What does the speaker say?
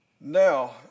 Now